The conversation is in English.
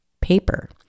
paper